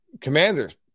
commanders